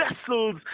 vessels